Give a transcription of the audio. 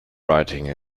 writing